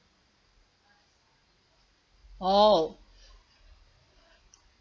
oh